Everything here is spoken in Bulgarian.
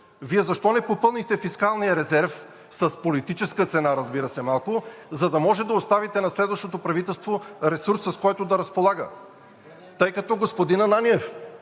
Вие защо не попълнихте фискалния резерв с политическа цена, разбира се, малко, за да може да оставите на следващото правителство ресурс, с който да разполага? (Реплики от министър